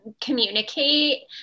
communicate